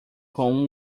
com